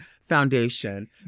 foundation